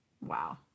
Wow